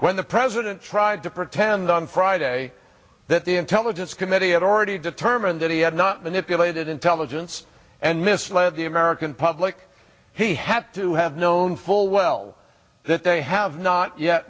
when the president tried to pretend on friday that the intelligence committee had already determined that he had not manipulated intelligence and misled the american public he had to have known full well that they have not yet